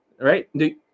right